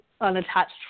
unattached